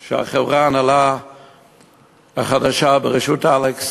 שהחברה, ההנהלה החדשה, בראשות אלכס,